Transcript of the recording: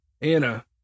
Anna